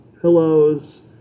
pillows